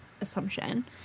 assumption